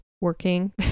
working